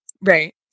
Right